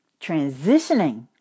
transitioning